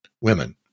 women